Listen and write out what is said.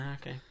Okay